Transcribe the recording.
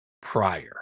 prior